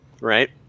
Right